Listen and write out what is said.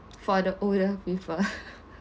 for the older people